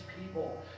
people